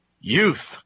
youth